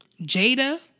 Jada